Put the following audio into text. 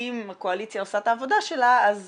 אם הקואליציה עושה את העבודה שלה אז